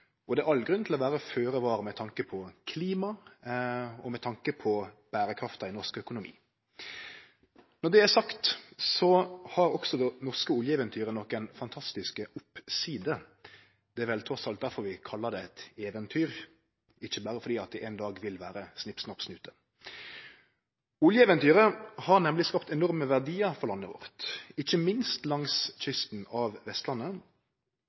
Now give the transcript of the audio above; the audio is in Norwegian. og det er all grunn til å vere føre var med tanke på klimaet og med tanke på berekrafta i norsk økonomi. Når det er sagt, har også det norske oljeeventyret nokon fantastiske oppsider, det er vel trass alt derfor vi kallar det eit eventyr – ikkje berre fordi det ein dag vil vere snipp, snapp, snute. Oljeeventyret har nemleg skapt enorme verdiar for landet vårt, ikkje minst langs kysten av Vestlandet.